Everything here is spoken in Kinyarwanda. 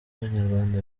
abanyarwanda